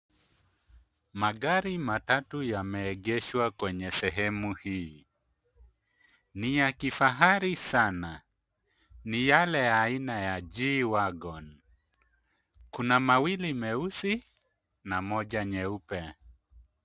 Magari matatu yameegeshwa kwenye sehemu hii. Ni ya kifahari sana. Ni yale ya aina ya G wagon. Kuna mawili meusi na moja nyeupe.